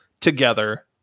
together